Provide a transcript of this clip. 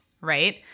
right